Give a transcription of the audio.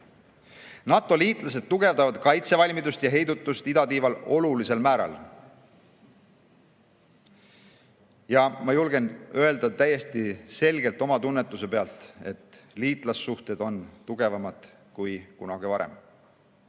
NATO-liitlased tugevdavad kaitsevalmidust ja heidutust idatiival olulisel määral. Ja ma julgen öelda täiesti selgelt oma tunnetuse pealt, et liitlassuhted on tugevamad kui kunagi varem.